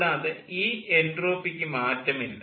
കൂടാതെ ഈ എൻട്രോപ്പിക്ക് മാറ്റമില്ല